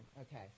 Okay